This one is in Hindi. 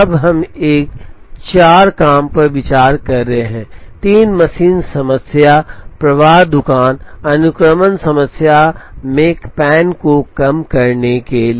अब हम एक 4 काम पर विचार कर रहे हैं 3 मशीन समस्या प्रवाह दुकान अनुक्रमण समस्या मेकपैन को कम करने के लिए